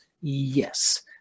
Yes